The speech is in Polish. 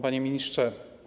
Panie Ministrze!